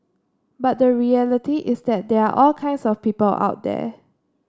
but the reality is that there are all kinds of people out there